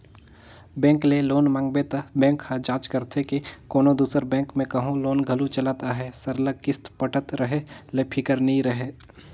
bank ले loan मांगबे त बेंक ह जांच करथे के कोनो दूसर बेंक में कहों लोन घलो चलत अहे सरलग किस्त पटत रहें ले फिकिर नी रहे